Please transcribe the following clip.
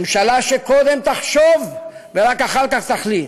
ממשלה שקודם תחשוב ורק אחר כך תחליט,